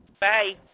Bye